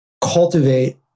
cultivate